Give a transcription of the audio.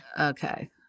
okay